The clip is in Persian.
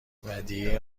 ودیعه